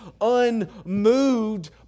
unmoved